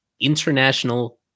international